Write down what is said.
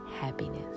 happiness